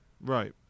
Right